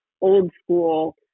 old-school